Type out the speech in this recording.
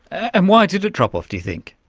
and why did it drop off, do you think?